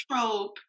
trope